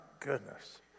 Goodness